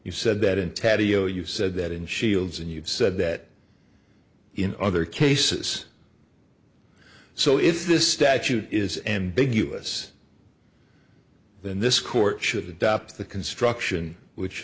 you said that in tadeo you said that in shields and you've said that in other cases so if this statute is ambiguous than this court should adopt the construction which